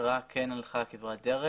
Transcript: המשטרה כן הלכה כברת דרך.